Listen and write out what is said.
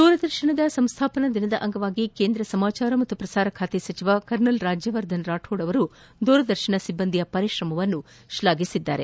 ದೂರದರ್ಶನದ ಸಂಸ್ಲಾಪನಾ ದಿನದ ಅಂಗವಾಗಿ ಕೇಂದ್ರ ಸಮಾಚಾರ ಮತ್ತು ಪ್ರಸಾರಖಾತೆ ಸಚಿವ ಕರ್ನಲ್ ರಾಜ್ಯವರ್ಧನ್ ರಾಥೋಡ್ ಅವರು ದೂರದರ್ಶನ ಸಿಬ್ಬಂದಿಯ ಪರಿಶ್ರಮವನ್ನು ಶ್ಲಾಘಿಸಿದ್ದಾರೆ